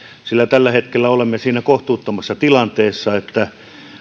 sillä tällä hetkellä olemme siinä kohtuuttomassa tilanteessa että